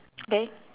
okay